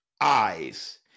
eyes